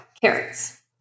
carrots